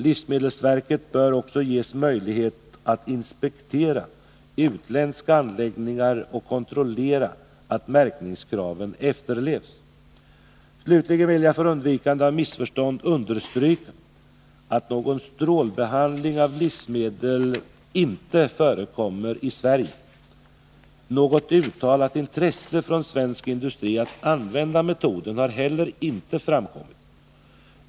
Livsmedelsverket bör också ges möjlighet att inspektera utländska anläggningar och att kontrollera att märkningskraven efterlevs. Slutligen vill jag för undvikande av missförstånd understryka att någon strålbehandling av livsmedel inte förekommer i Sverige. Något uttalat intresse från svensk industri att använda metoden har heller inte framkommit.